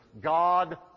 God